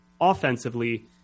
offensively